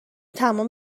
تمام